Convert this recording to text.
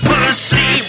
Pussy